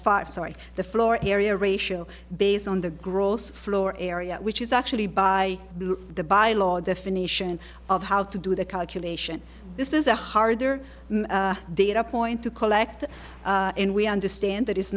five sorry the floor area ratio based on the gross floor area which is actually by the by law definition of how to do the calculation this is a harder the it a point to collect and we understand that it's